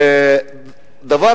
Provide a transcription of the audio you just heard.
דבר